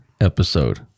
episode